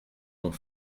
sont